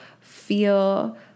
feel